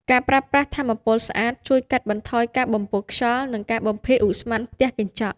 ការប្រើប្រាស់ថាមពលស្អាតជួយកាត់បន្ថយការបំពុលខ្យល់ និងការបំភាយឧស្ម័នផ្ទះកញ្ចក់។